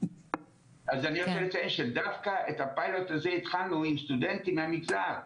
אני רוצה לציין שדווקא את הפיילוט הזה התחלנו עם סטודנטים מהמגזר.